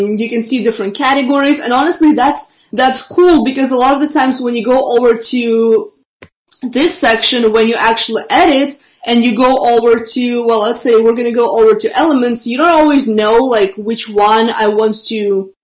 you can see different categories. and honestly, that's, that's cool because a lot of the times when you go over to this section when you actually edit and you go over to well, let's say we're gonna go over to elements you don't always know like, which one i want to,